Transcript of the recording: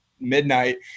midnight